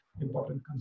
important